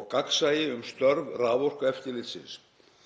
og gagnsæi um störf Raforkueftirlitsins.